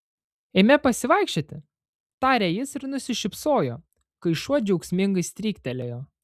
eime pasivaikščioti tarė jis ir nusišypsojo kai šuo džiaugsmingai stryktelėjo